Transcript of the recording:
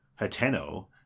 Hateno